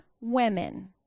women